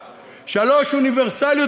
3. אוניברסליות,